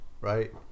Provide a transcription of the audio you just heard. right